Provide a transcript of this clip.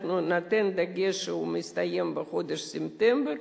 ניתן דגש שהוא מסתיים בחודש ספטמבר,